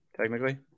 technically